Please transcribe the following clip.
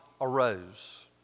arose